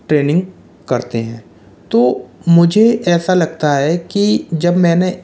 training करते हैं तो मुझे ऐसा लगता है कि जब मैंने